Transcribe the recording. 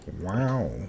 Wow